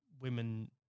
women